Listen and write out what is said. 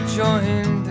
joined